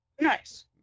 nice